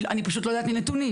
אני פשוט לא יודעת מנתונים.